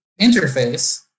interface